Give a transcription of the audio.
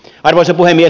arvoisa puhemies